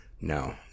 no